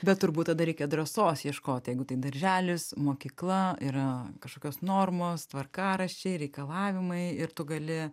bet turbūt tada reikia drąsos ieškoti jeigu tai darželis mokykla yra kažkokios normos tvarkaraščiai reikalavimai ir tu gali